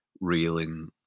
reeling